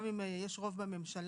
גם אם יש רוב בממשלה,